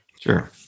sure